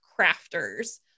crafters